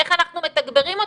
איך אנחנו מתגברים אותם,